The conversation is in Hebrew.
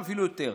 ואפילו יותר.